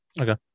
Okay